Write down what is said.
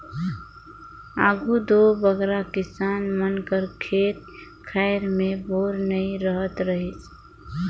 आघु दो बगरा किसान मन कर खेत खाएर मे बोर नी रहत रहिस